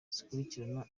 zikurikirana